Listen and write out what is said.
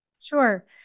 Sure